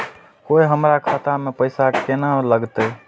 कोय हमरा खाता में पैसा केना लगते?